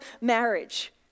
marriage